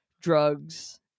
drugs